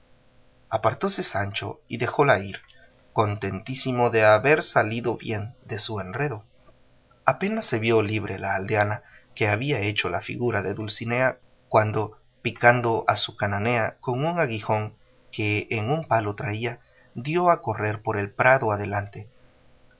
hemos apartóse sancho y dejóla ir contentísimo de haber salido bien de su enredo apenas se vio libre la aldeana que había hecho la figura de dulcinea cuando picando a su cananea con un aguijón que en un palo traía dio a correr por el prado adelante